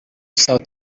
sauti